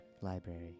library